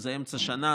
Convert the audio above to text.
זה אמצע שנה,